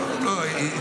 כן.